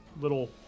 little